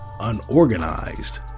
unorganized